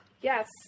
yes